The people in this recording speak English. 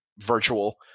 virtual